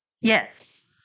Yes